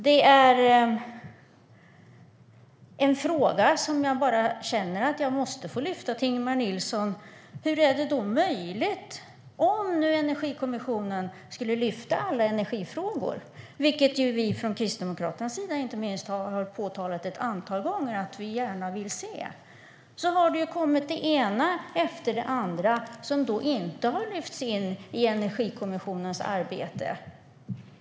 Det är en fråga jag känner att jag bara måste ställa till Ingemar Nilsson. Den gäller om nu Energikommissionen skulle ta upp alla energifrågor, vilket inte minst vi från Kristdemokraternas ett antal gånger har sagt att vi vill se. Sedan har det kommit det ena efter det andra som inte har lyfts in i Energikommissionens arbete.